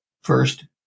First